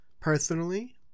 personally